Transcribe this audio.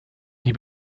die